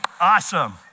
awesome